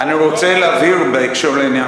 אני רוצה להבהיר בהקשר לעניין.